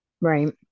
right